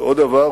ועוד דבר,